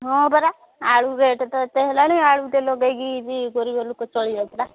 ହଁ ପରା ଆଳୁ ରେଟ୍ ତ ଏତେ ହେଲାଣି ଆଳୁଟେ ଲଗେଇକି ଯ ପରିବା ଲୋକ ଚଳିବା ପୁରା